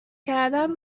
کردم